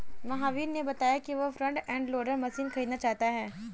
महावीर ने बताया कि वह फ्रंट एंड लोडर मशीन खरीदना चाहता है